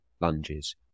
lunges